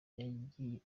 yagiye